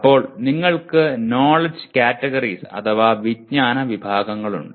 അപ്പോൾ നിങ്ങൾക്ക് knowledge categories അഥവാ വിജ്ഞാന വിഭാഗങ്ങളുണ്ട്